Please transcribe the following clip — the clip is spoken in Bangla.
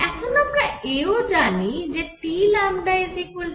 এখন আমরা এও জানি যে Tconstant